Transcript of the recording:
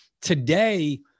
today